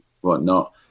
whatnot